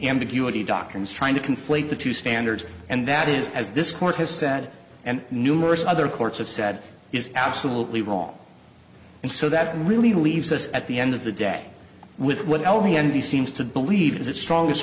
ambiguity doctrine is trying to conflate the two standards and that is as this court has said and numerous other courts have said is absolutely wrong and so that really leaves us at the end of the day with what the end the seems to believe is its strongest